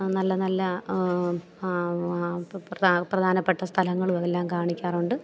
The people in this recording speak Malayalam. നല്ല നല്ല പ്ര പ്രധാനപ്പെട്ട സ്ഥലങ്ങളും എല്ലാം കാണിക്കാറുണ്ട്